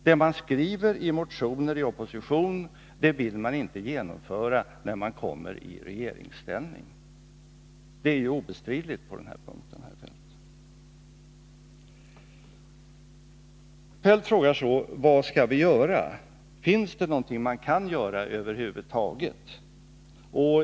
Vad man skriver i motioner då man befinner sig i oppositionsställning vill man inte genomföra då man kommer i regeringsställning. Detta är ju ett obestridligt faktum, herr Feldt. Kjell-Olof Feldt frågade: Vad skall vi då göra, finns det över huvud taget någonting som vi kan göra?